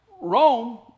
rome